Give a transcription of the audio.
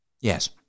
Yes